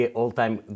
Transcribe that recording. all-time